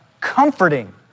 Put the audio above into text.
comforting